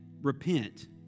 repent